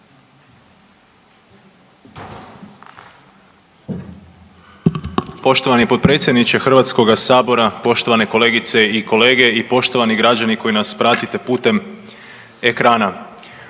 Poštovani potpredsjedniče Hrvatskoga sabora, poštovane kolegice i kolege i poštovani građani koji nas pratite putem ekrana.